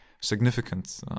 significant